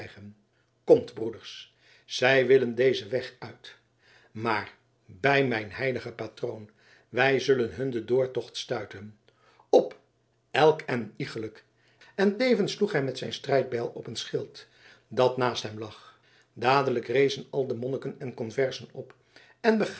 komt broeders zij willen dezen weg uit maar bij mijn heiligen patroon wij zullen hun den doortocht sluiten op elk en een iegelijk en tevens sloeg hij met zijn strijdbijl op een schild dat naast hem lag dadelijk rezen al de monniken en conversen op en